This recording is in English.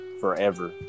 forever